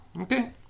Okay